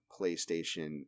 PlayStation